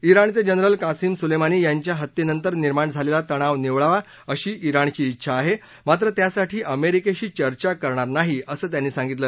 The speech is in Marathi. इराणचे जनरल कासीम सोलेमानी यांच्या हत्येनंतर निर्माण झालेला तणाव निवळावा अशी इराणची इच्छा आहे मात्र त्यासाठी अमेरिकेशी चर्चा करणार नाही असं त्यांनी सांगितलं